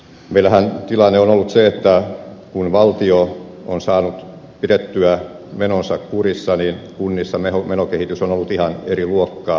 meillähän tilanne on ollut se että kun valtio on saanut pidettyä menonsa kurissa niin kunnissa menokehitys on ollut ihan eri luokkaa